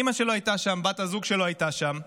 אימא שלו הייתה שם, בת הזוג שלו הייתה שם.